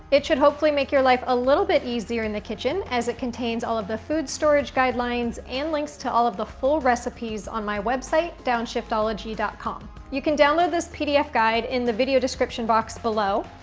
it should hopefully make your life a little bit easier in the kitchen, as it contains all of the food storage guidelines and links to all of the full recipes on my website, downshiftology com. you can download this pdf guide in the video description box below,